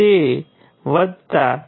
તેથી નોડ 1 માટેના સમીકરણમાં GV1 GV2 હશે